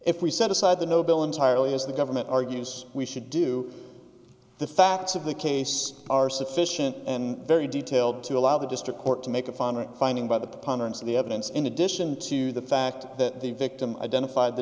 if we set aside the nobel entirely as the government argues we should do the facts of the case are sufficient and very detailed to allow the district court to make a finding finding by the proponents of the evidence in addition to the fact that the victim identified the